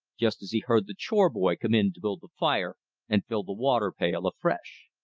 just as he heard the chore-boy come in to build the fire and fill the water pail afresh.